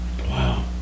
Wow